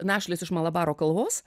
našlės iš malabaro kalvos